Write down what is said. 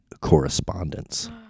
correspondence